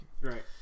Right